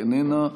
איננה.